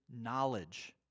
knowledge